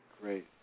Great